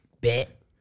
BET